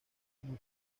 muy